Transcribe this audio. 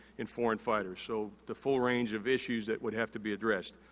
and foreign fighters. so, the full range of issues that would have to be addressed.